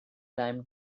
time